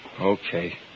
Okay